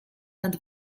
nad